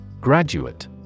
Graduate